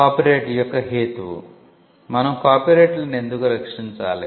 copyright యొక్క హేతువు మనం కాపీరైట్లను ఎందుకు రక్షించాలి